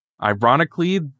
Ironically